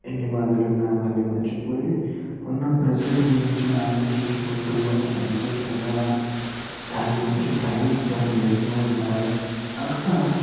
ఎన్ని బాధలు ఉన్నా అవన్నీ మర్చిపోయి ఉన్న ప్రసెంట్ గురించి ఆలోచించుకుంటు సంతోషంగా దాని గురించి టైం స్పెండ్ చేస్తు ఉండాలి అక్కడ